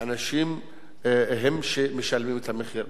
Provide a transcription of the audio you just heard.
האנשים הם שמשלמים את המחיר.